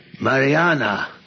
Mariana